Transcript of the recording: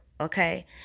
Okay